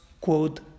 quote